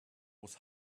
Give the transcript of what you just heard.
was